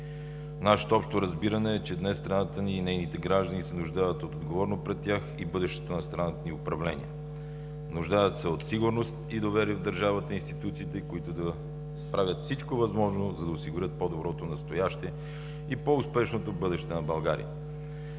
Нашето общо разбиране е, че днес страната ни и нейните граждани се нуждаят от отговорно пред тях и бъдещето на страната ни управление. Нуждаят се от сигурност и доверие в държавата и институциите, които да правят всичко възможно, за да осигурят по-доброто настояще и по-успешното бъдеще на България.